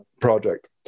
project